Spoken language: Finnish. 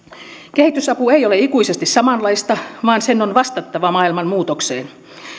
kehitysapu ei ole ikuisesti samanlaista vaan sen on vastattava maailman muutokseen